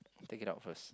take it out first